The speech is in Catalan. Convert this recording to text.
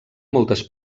moltes